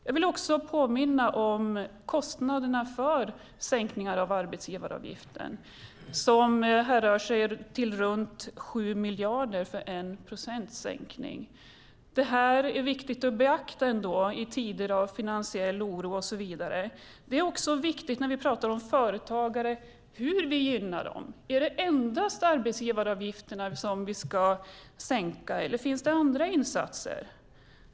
Jag vill påminna om kostnaderna för sänkningar av arbetsgivaravgiften. Det handlar om runt 7 miljarder för 1 procentenhets sänkning. Det är viktigt att beakta i tider av finansiell oro och så vidare. Det är också viktigt hur vi gynnar företagare. Är det endast arbetsgivaravgifterna som vi ska sänka eller finns det andra insatser?